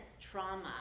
trauma